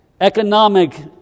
economic